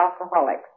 alcoholics